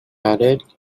added